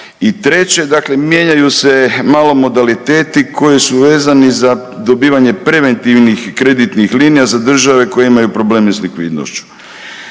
i treće, dakle mijenjaju se malo modaliteti koji su vezani za dobivanje preventivnih kreditnih linija za države koje imaju probleme s likvidnošću.